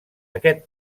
aquest